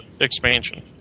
Expansion